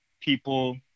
people